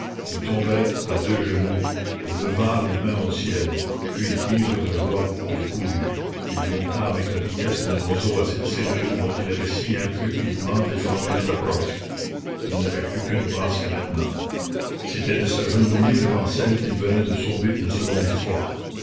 il tomba à deux genoux et leva les mains au ciel puis ivre de joie il courut il monta avec la vitesse d'un oiseau à cette cellule dont il avait si intrépidement défendu les approches il n'avait plus qu'une pensée maintenant c'était de s'agenouiller devant celle qu'il venait de sauver une seconde fois